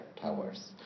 towers